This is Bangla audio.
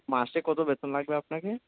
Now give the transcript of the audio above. মাসে কত বেতন লাগবে আপনাকে